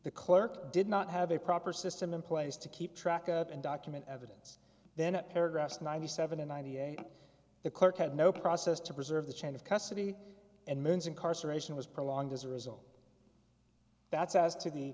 the clerk did not have a proper system in place to keep track of and document evidence then paragraphs ninety seven and ninety eight the clerk had no process to preserve the chain of custody and men's incarceration was prolonged as a result that says to the